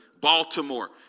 Baltimore